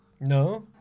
No